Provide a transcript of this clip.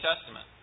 Testament